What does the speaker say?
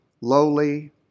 lowly